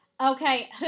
Okay